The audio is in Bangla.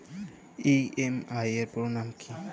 ই.এম.আই এর পুরোনাম কী?